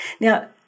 Now